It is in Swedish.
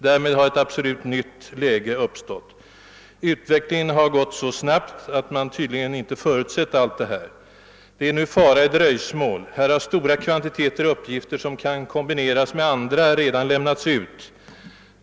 Därmed har också ett absolut nytt läge uppstått inom detta ömtåliga problemområde. Utvecklingen har gått så snabbt, att man tydligen inte har förutsett allt deita. Det ligger nu fara i dröjsmål. Stora kvantiteter uppgifter kan kombineras med andra som redan har lämnats ut.